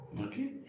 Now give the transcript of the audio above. Okay